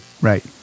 right